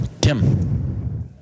Tim